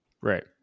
Right